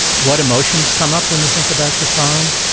what emotions come up when you think about your phone?